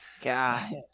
God